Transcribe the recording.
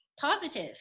positive